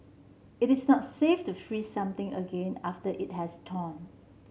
it is not safe to freeze something again after it has thawed